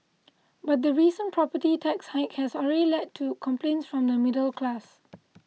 but the recent property tax hike has already led to complaints from the middle class